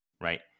right